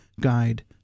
guide